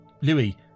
Louis